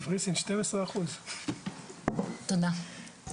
תודה.